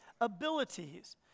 abilities